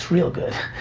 real good.